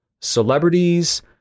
celebrities